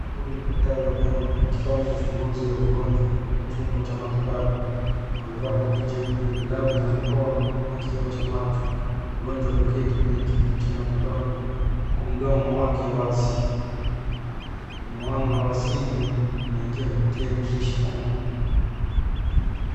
Huyu ni daktari wa meno akifanya uchunguzi wa mgonjwa katika chumba cha matibabu. Amevaa koti jeupe, glavu za mikono na kioo cha macho. Mgonjwa ameketi kwenye kiti cha matibabu huku mdomo wake wazi. Mwanga wa asili unaingia kupitia dirisha kubwa.